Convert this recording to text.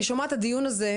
אני שומעת את הדיון הזה,